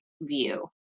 view